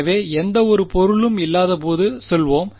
எனவே எந்தவொரு பொருளும் இல்லாதபோது சொல்வோம்